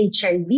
HIV